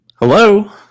Hello